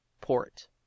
port